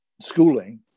schooling